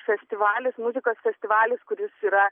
festivalis muzikos festivalis kuris yra